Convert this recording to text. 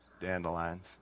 Dandelions